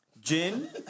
gin